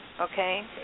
okay